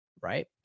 right